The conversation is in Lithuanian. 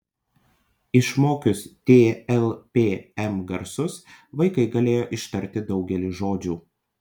išmokius t l p m garsus vaikai galėjo ištarti daugelį žodžių